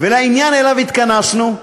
ולעניין שאליו התכנסנו,